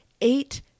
Eight